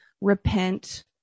repent